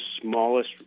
smallest